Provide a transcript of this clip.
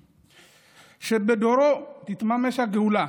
דור שבדורו תתממש הגאולה,